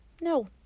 no